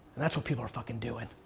and that's what people are fucking doing.